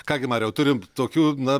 ką gi mariau turim tokių na